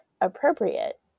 appropriate